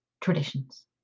Traditions